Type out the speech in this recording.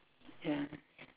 ya